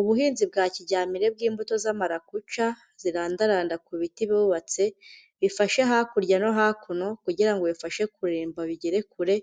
Ubuhinzi bwa kijyambere bw'imbuto za marakuca, zirandaranda ku biti bubatse, bifashe hakurya no hakuno kugira ngo bifashe kurimba bigere kure,